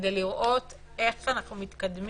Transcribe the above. כדי לראות איך אנחנו מתקדמים,